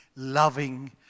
Loving